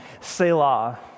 Selah